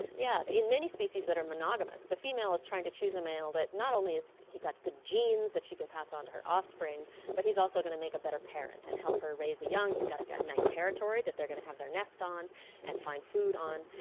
yeah so in many species that are monogamous the female is trying to choose a male that not only has got good genes that she can pass on to her offspring but he's also going to make a better parent and help her raise the young. he's got to have nice territory that they're going to have their nest on and find food on.